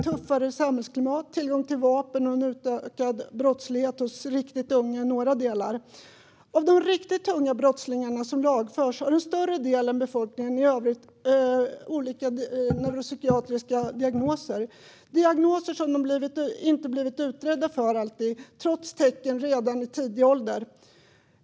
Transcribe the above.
Tuffare samhällsklimat, tillgång till vapen och en ökad brottslighet hos riktigt unga personer är några delar. De riktigt tunga brottslingar som lagförs har i större utsträckning än befolkningen i övrigt olika neuropsykiatriska diagnoser. Det är diagnoser som de inte alltid blivit utredda för trots tecken redan i tidig ålder.